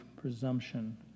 presumption